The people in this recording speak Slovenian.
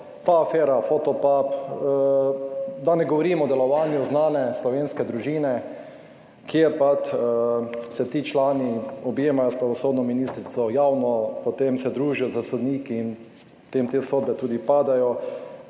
pa afera Fotopub, da ne govorim o delovanju znane slovenske družine, kjer pač se ti člani objemajo s pravosodno ministrico javno, potem se družijo s sodniki in potem te sodbe tudi padajo.